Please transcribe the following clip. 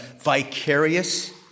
vicarious